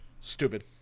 Stupid